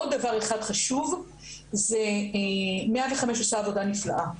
עוד דבר אחד חשוב, 105 עושה עבודה נפלאה,